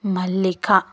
మల్లిక